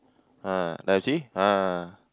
ah now you see ah